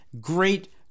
Great